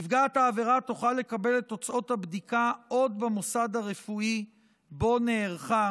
נפגעת העבירה תוכל לקבל את תוצאות הבדיקה עוד במוסד הרפואי שבו נערכה